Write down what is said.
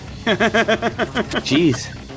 Jeez